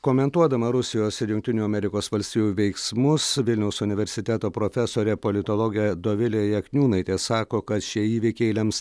komentuodama rusijos ir jungtinių amerikos valstijų veiksmus vilniaus universiteto profesorė politologė dovilė jakniūnaitė sako kad šie įvykiai lems